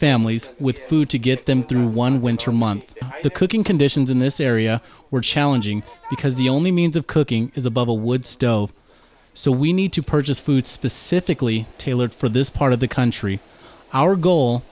families with food to get them through one winter month the cooking conditions in this area were challenging because the only means of cooking is above a wood stove so we need to purchase food specifically tailored for this part of the country our goal